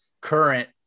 current